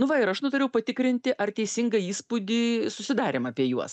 nu va ir aš nutariau patikrinti ar teisingą įspūdį susidarėm apie juos